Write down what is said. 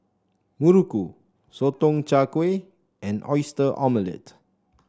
Muruku Sotong Char Kway and Oyster Omelette